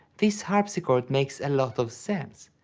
this harpsichord makes a lot of sense,